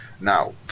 now